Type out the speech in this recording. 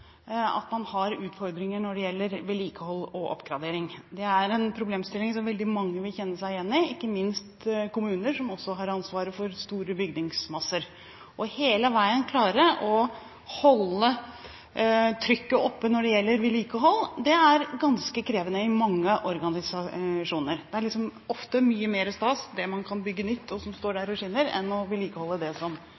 at man har utfordringer når det gjelder vedlikehold og oppgradering. Det er en problemstilling som veldig mange vil kjenne seg igjen i, ikke minst kommuner som også har ansvaret for store bygningsmasser. Å klare hele veien å holde trykket oppe når det gjelder vedlikehold, er ganske krevende i mange organisasjoner. Det er liksom ofte mye mere stas med det man kan bygge nytt og som står der